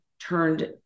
turned